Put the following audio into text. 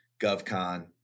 GovCon